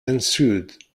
ensued